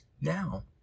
Now